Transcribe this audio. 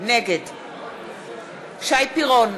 נגד שי פירון,